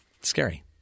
scary